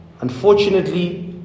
Unfortunately